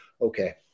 okay